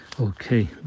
okay